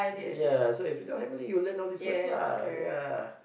ya so if you do higher Malay you will learn all these words lah ya